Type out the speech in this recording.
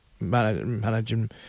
managing